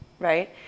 Right